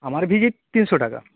আমার ভিজিট তিনশো টাকা